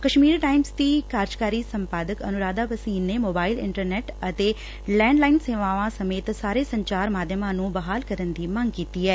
Kashmir Times ਦੀ ਕਾਰਜਕਾਰੀ ਸੰਪਾਦਕ ਅਨੁਰਾਧਾ ਭਸੀਨ ਨੇ ਮੋਬਾਈਲ ਇੰਟਰਨੈੱਟ ਅਤੇ ਲੈਂਡ ਲਾਈਨ ਸੇਵਾਵਾਂ ਸਮੇਤ ਸਾਰੇ ਸੰਚਾਰ ਮਾਧਿਅਮਾਂ ਨੁੰ ਬਹਾਲ ਕਰਨ ਦੀ ਮੰਗ ਕੀਤੀ ਐ